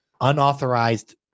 unauthorized